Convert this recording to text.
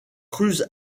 cruz